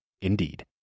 Indeed